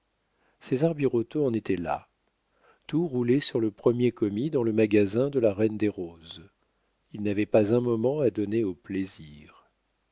césar birotteau en était là tout roulait sur le premier commis dans le magasin de la reine des roses il n'avait pas un moment à donner au plaisir